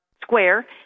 square